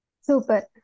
Super